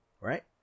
right